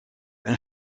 een